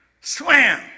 swam